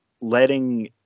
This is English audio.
letting